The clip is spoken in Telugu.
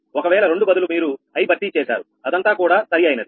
ఒకవేళ రెండు బదులు మీరు i భర్తీ చేశారు అదంతా కూడా సరి అయినది